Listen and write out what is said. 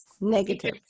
Negative